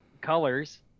Colors